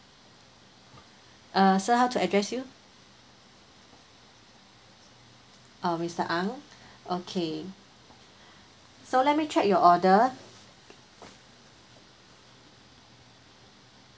uh sir how to address you oh mister ang okay so let me check your order